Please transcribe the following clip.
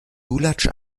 lulatsch